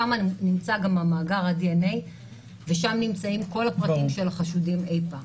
שם נמצא גם מאגר הדנ"א ושם נמצאים כל הפרטים של החשודים אי פעם.